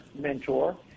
mentor